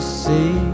see